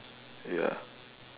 ya